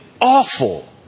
awful